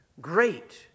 Great